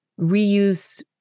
reuse